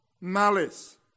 malice